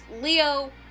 Leo